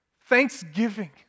Thanksgiving